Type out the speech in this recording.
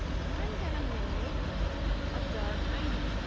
and i'm going to make a dark green.